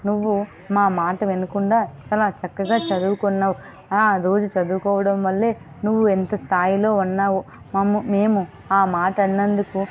నువ్వు మా మాట వినకుండా చాలా చక్కగా చదువుకున్నావు ఆ రోజు చదువుకోవడం వల్ల నువ్వు ఇంత స్థాయిలో ఉన్నావు మమ్ము మేము ఆ మాట అన్నందుకు